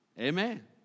Amen